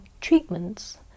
treatments